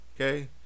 okay